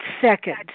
second